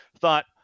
thought